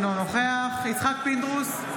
אינו נוכח יצחק פינדרוס,